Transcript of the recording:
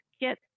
get